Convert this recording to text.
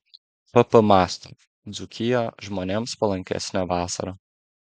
pp mąsto dzūkija žmonėms palankesnė vasarą